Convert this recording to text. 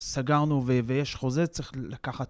סגרנו ויש חוזה, צריך לקחת...